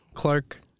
Clark